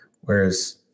whereas